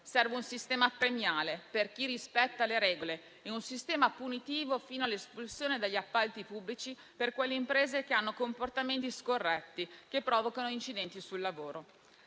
serve un sistema premiale per chi rispetta le regole e un sistema punitivo fino all'espulsione dagli appalti pubblici per quelle imprese che hanno comportamenti scorretti che provocano incidenti sul lavoro.